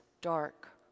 dark